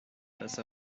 face